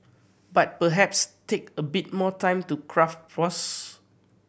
but perhaps take a bit more time to craft post